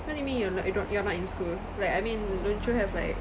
what do you mean you're not you don't you're not in school like I mean don't you have like